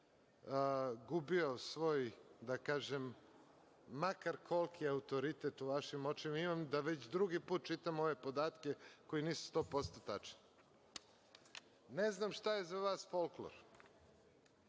gubio svoj, da kažem, makar koliki, autoritet u vašim očima. Imam da već drugi put čitam ove podatke koji nisu 100% tačni. Ne znam šta je za vas folklor